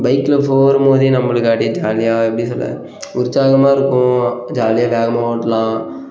பைக்கில் போகும் போதே நம்மளுக்கு அப்படியே ஜாலியாக எப்படி சொல்ல உற்சாகமாக இருக்கும் ஜாலியாக வேகமாக ஓட்டலாம்